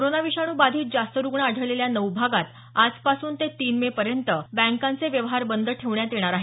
corona विषाणू बाधित जास्त रुग्ण आढळलेल्या नऊ भागात आजपासून ते तीन मे पर्यंत बँकांचे व्यवहार बंद ठेवण्यात येणार आहेत